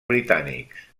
britànics